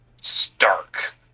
stark